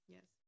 Yes